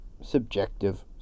subjective